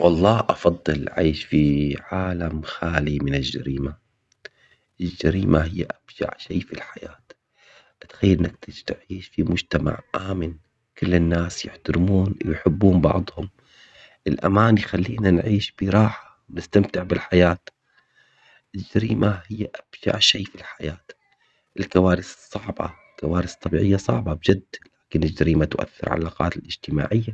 والله افضل اعيش في عالم خالي من الجريمة. الجريمة هي ابشع شيء في الحياة. تخيل انك تعيش في مجتمع امن كل الناس يحترمون يحبون بعضهم. الامان يخلينا نعيش براحة نستمتع بالحياة هي ابشع شيء في الحياة. الكوارث الصعبة كوارث طبيعية صعبة بجد. لكن الجريمة تؤثر على العلاقات الاجتماعية